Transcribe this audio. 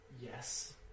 Yes